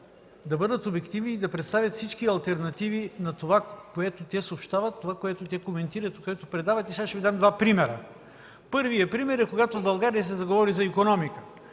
да бъдат обективни и да представят всички алтернативи, на това което те съобщават, това което те коментират и което предават. Сега ще Ви дам два примера. Първият пример е, когато в България се заговори за икономика.